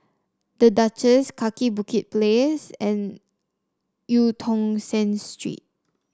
The Duchess Kaki Bukit Place and Eu Tong Sen Street